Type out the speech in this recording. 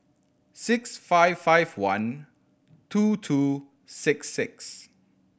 six five five one two two six six